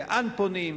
לאן פונים?